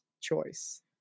choice